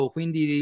Quindi